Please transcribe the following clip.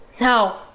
no